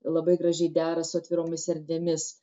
labai gražiai dera su atviromis erdvėmis